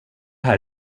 här